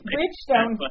Bridgestone